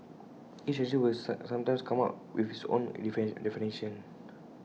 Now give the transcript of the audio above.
each agency will sometimes come up with its own definition